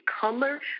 color